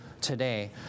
today